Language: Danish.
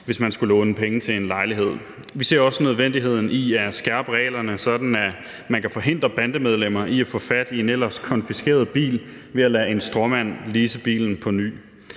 hvis man skulle låne penge til en lejlighed. Vi ser også nødvendigheden i at skærpe reglerne, sådan at man kan forhindre bandemedlemmer i at få fat i en ellers konfiskeret bil ved at lade en stråmand lease bilen på ny.